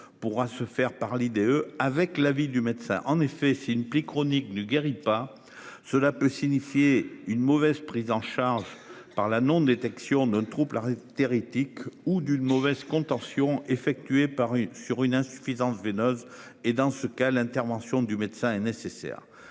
pourra se faire par l'IDE avec l'avis du médecin en effet Simply chronique ne guérit pas, cela peut signifier une mauvaise prise en charge par la non-détection ne trouble la Terre éthique ou d'une mauvaise contention effectué par une sur une insuffisance veineuse et dans ce cas, l'intervention du médecin est nécessaire